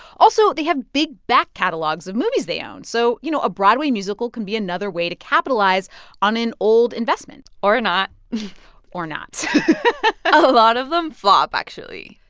also, they have big back catalogues of movies they own. so you know, a broadway musical can be another way to capitalize on an old investment or not or not a lot of them flop, actually.